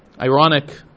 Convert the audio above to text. Ironic